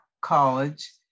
college